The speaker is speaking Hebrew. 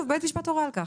בית המשפט הורה על כך.